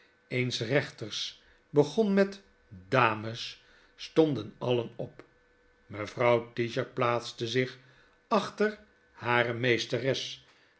eens rechters begon met n dames r'stonden alien op mevrouw tisher plaatste zich achter hare meesteres